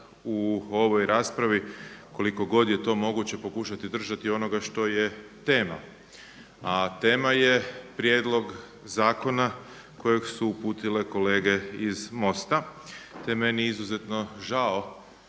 u ovoj raspravi koliko god je to moguće pokušati držati onoga što je tema. A tema je prijedlog zakona kojeg su uputile kolege iz Mosta te je meni izuzetno žao